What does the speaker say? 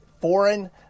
foreign